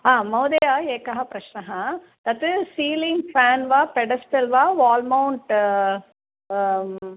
आं महोदय एकः प्रश्नः तत् सीलिङ्ग् फ़ेन् वा पेडस्टल् वा वाल् मौण्ट्